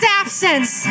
absence